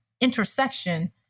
intersection